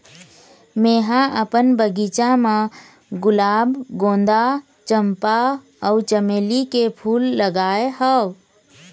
मेंहा अपन बगिचा म गुलाब, गोंदा, चंपा अउ चमेली के फूल लगाय हव